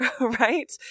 right